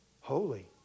holy